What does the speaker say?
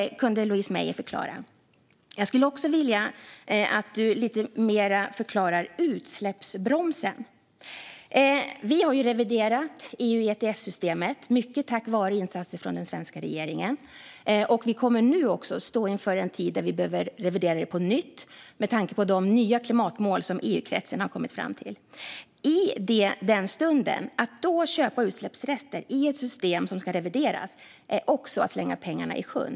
Jag skulle också vilja att du lite närmare förklarar utsläppsbromsen. Vi har reviderat EU ETS-systemet, mycket tack vare insatser från den svenska regeringen. Vi kommer nu att stå inför en tid då vi behöver revidera det på nytt, med tanke på de nya klimatmål som EU-kretsen har kommit fram till. Att i den stunden köpa utsläppsrätter i ett system som ska revideras är att slänga pengarna i sjön.